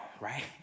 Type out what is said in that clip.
right